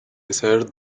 third